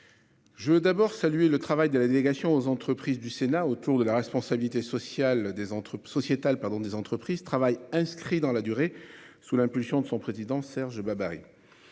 Je veux d'abord saluer le travail de la délégation aux entreprises du sénat autour de la responsabilité sociale des entreprises sociétal pardon des entreprises travaillent inscrit dans la durée, sous l'impulsion de son président, Serge Babary.